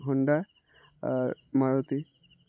Honda আর মারুতি